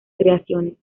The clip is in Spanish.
creaciones